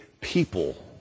people